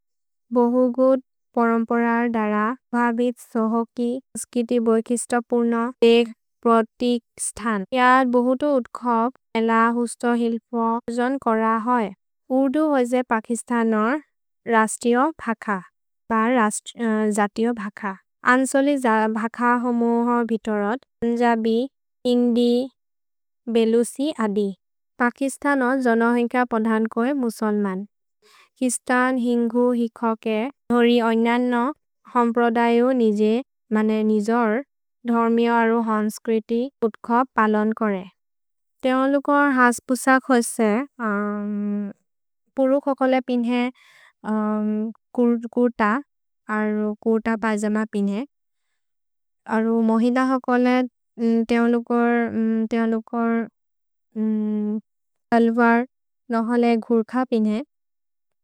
भहुगुद्, परम्परर् दर, भबित्, सोहोकि, मुस्किति, बोइकिस्त, पुर्न, तेघ्, प्रतिक्, स्थन्। हिअर् बहुतो उत्खोब्, मेल, हुस्तो, हिल्प, अर्जुन् कर होय्। उर्दु होय्जे पकिस्तनर् रश्तियो भख, बर् जतियो भख। अन्सोलि भख, होमोहर्, बितोरत्, पुन्जबि, हिन्दि, बेलुसि, अदि। पकिस्तनर् जोनोहेन्क पधन्कोय् मुसुल्मन्। किस्तन्, हिन्गु, हिखोके, न्होरि, ओज्ननोक्, होम्प्रोदयु, निजे, मने निजोर्, धोर्मियो, अरु हन्स्क्रिति, उत्खोब्, पलोन् कोरे। तेओलुकर् हस् पुस खोसे, पुरुक् ओकोले पिन्हे कुर्त, अरु कुर्त बजम पिन्हे। अरु मोहिद ओकोले तेओलुकर् सल्वर् नहोले घुर् ख पिन्हे।